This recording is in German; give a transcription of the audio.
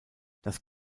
das